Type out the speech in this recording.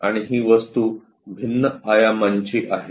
आणि ही वस्तू भिन्न आयामांची आहे